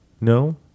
No